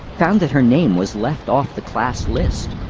found that her name was left off the class list.